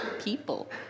people